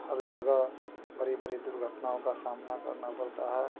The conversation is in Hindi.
हर जगह बड़ी बड़ी दुर्घटनाओं का सामना करना पड़ता है